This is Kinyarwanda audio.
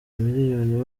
imiliyoni